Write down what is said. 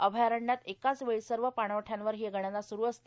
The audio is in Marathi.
अभयारण्यात एकाचवेळी सर्व पाणवठयांवर ही गणना सुरू असते